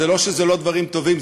זה לא שאלה לא דברים טובים,